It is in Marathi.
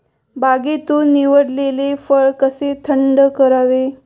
बागेतून निवडलेले फळ कसे थंड करावे?